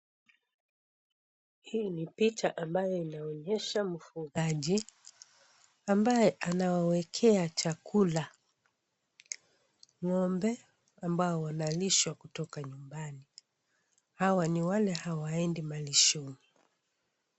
Hii ni picha ambayo inaonyesha mfugaji ambaye anawawekea chakula ng'ombe ambao wanalishwa kutoka nyumbani, hawa ni wale hawaendi malishoni.